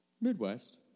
Midwest